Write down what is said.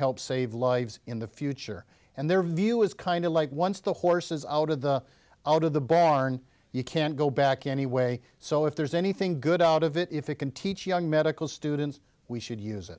help save lives in the future and their view is kind of like once the horse is out of the out of the barren you can't go back anyway so if there's anything good out of it if it can teach young medical students we should use it